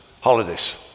holidays